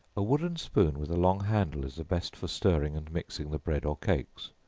a wooden spoon with a long handle, is the best for stirring and mixing the bread or cakes.